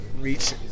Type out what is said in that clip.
reach